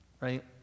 Right